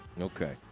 Okay